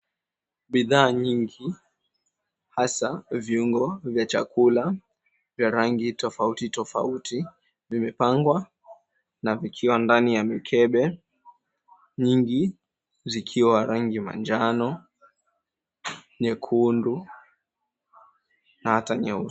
Bidhaa nyingi, hasa viuongo vya chakula vya rangi tofauti tofauti vimepangwa na vikiwa ndani ya mikebe nyingi zikiwa rangi manjano, nyekundu na hata nyeupe.